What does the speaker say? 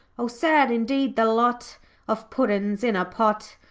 o sad indeed the lot of puddin's in a pot.